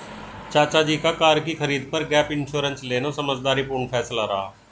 चाचा जी का कार की खरीद पर गैप इंश्योरेंस लेना समझदारी पूर्ण फैसला रहा